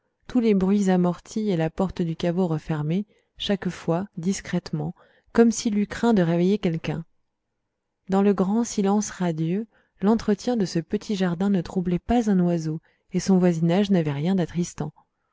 tous les bruits amortis et la porte du caveau refermée chaque fois discrètement comme s'il eût craint de réveiller quelqu'un dans le grand silence radieux l'entretien de ce petit jardin ne troublait pas un oiseau et son voisinage n'avait rien d'attristant